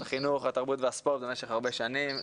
החינוך התרבות והספורט במשך הרבה שנים,